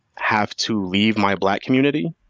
have to leave my black community